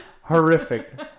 horrific